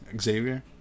Xavier